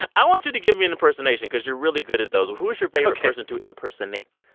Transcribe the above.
i want you to give me an impersonation cause you're really good at those. who is your favorite person to impersonate?